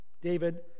David